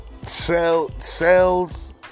Sales